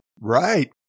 Right